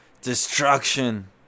Destruction